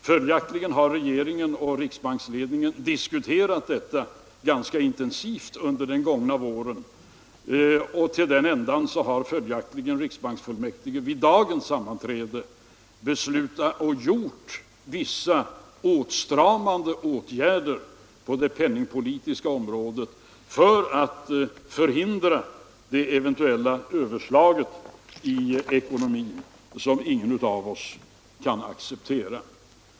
Följaktligen har regeringen och riksbanksledningen diskuterat detta ganska intensivt under den gångna våren, och till den ändan har riksbanksfullmäktige vid dagens sammanträde beslutat att företa vissa åtstramande åtgärder på det penningpolitiska området för att förhindra det eventuella överslaget i ekonomin, som ingen av oss kan acceptera.